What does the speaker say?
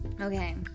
okay